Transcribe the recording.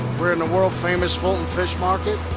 we're in the world famous fulton fish market.